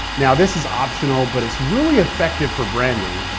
now this is optional, but it's really effective for branding.